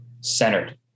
centered